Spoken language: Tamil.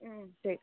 ம் சரி